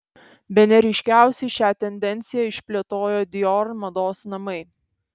bene ryškiausiai šią tendenciją išplėtojo dior mados namai